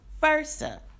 versa